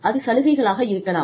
அது சலுகைகளாக இருக்கலாம்